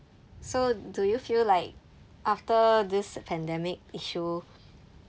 so do you feel like after this pandemic issue